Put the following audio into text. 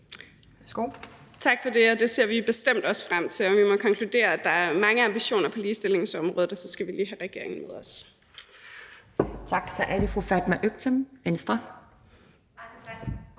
Tak for det. Det ser vi bestemt også frem til. Og vi må konkludere, at der er mange ambitioner på ligestillingsområdet, og så skal vi lige have regeringen med også. Kl. 11:43 Anden